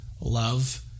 love